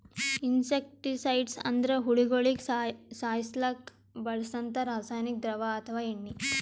insecticides ಅಂದ್ರ ಹುಳಗೋಳಿಗ ಸಾಯಸಕ್ಕ್ ಬಳ್ಸಂಥಾ ರಾಸಾನಿಕ್ ದ್ರವ ಅಥವಾ ಎಣ್ಣಿ